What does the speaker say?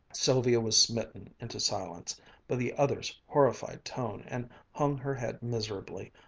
sylvia was smitten into silence by the other's horrified tone and hung her head miserably,